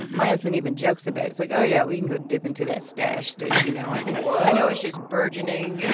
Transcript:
my husband even jokes about it like, oh, yeah, we can go dip into that stash that you know, i know it's just burgeoning, you